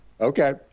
Okay